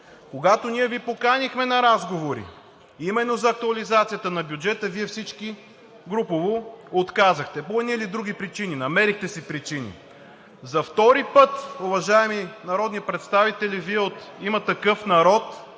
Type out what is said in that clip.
Когато ние Ви поканихме на разговори именно за актуализацията на бюджета, Вие всички групово отказахте по едни или други причини – намерихте си причини. За втори път, уважаеми народни представители, Вие от „Има такъв народ“,